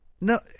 No